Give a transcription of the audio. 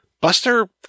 Buster